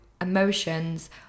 emotions